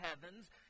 heavens